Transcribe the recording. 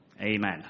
Amen